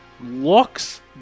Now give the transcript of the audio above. looks